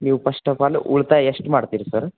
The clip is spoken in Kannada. ನೀವು ಪಸ್ಟ್ ಆಫ್ ಆಲ್ ಉಳಿತಾಯ ಎಷ್ಟು ಮಾಡ್ತೀರಿ ಸರ್